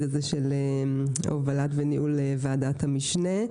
הזה של הובלת וניהול עבודת המשנה.